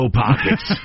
pockets